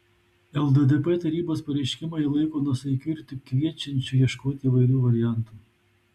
lddp tarybos pareiškimą jis laiko nuosaikiu ir tik kviečiančiu ieškoti įvairių variantų